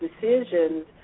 decisions